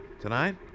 Tonight